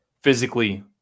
Physically